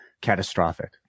catastrophic